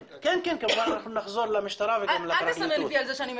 אל --- אותי על זה שאני מדברת.